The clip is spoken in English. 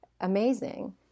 amazing